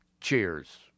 Cheers